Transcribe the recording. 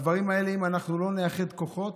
הדברים האלה, אם אנחנו לא נאחד כוחות,